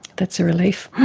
that's a relief.